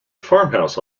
farmhouse